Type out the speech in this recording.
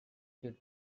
shield